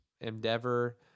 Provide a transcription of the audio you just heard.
Endeavor